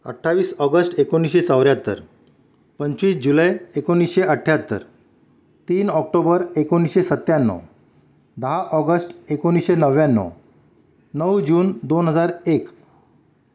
अठ्ठावीस ऑगस्ट एकोणीसशे चौऱ्याहत्तर पंचवीस जुलै एकोणीसशे अठ्याहत्तर तीन ऑक्टोबर एकोणीसशे सत्त्याण्णव दहा ऑगस्ट एकोणीसशे नव्याण्णव नऊ जून दोन हजार एक